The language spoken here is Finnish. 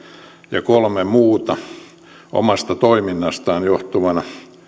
ja kolme muuta omasta toiminnastaan johtuvana